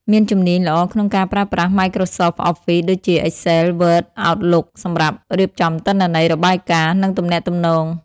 មានជំនាញល្អក្នុងការប្រើប្រាស់ Microsoft Office ដូចជា Excel, Word, Outlook សម្រាប់រៀបចំទិន្នន័យ របាយការណ៍ និងទំនាក់ទំនង។